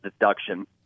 deduction